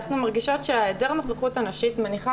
אנחנו מרגישות שהיעדר הנוכחות הנשית מניחה